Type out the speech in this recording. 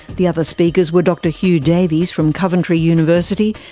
the other speakers were dr huw davies from coventry university,